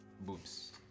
Boobs